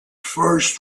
first